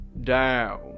down